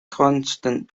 constant